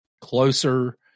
Closer